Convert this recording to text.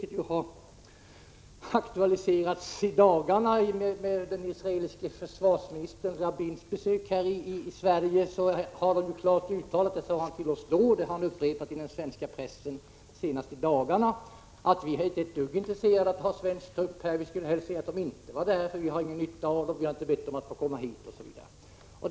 Den har ju aktualiserats i och med den israeliske försvarsministern Rabins besök i Sverige. Han sade till oss då och han upprepade i den svenska pressen senast i dagarna klart och tydligt att Israel inte är ett dugg intresserat av att ha svenska trupper i Libanon. Man skulle helst se att de inte var där, man har inte bett dem att komma dit, osv.